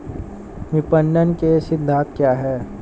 विपणन के सिद्धांत क्या हैं?